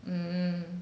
mm